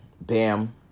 Bam